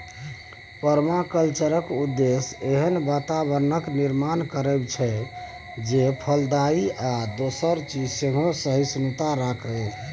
परमाकल्चरक उद्देश्य एहन बाताबरणक निर्माण करब छै जे फलदायी आ दोसर जीब संगे सहिष्णुता राखय